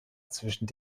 zwischen